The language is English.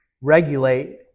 regulate